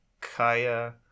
Kaya